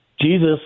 Jesus